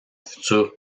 futur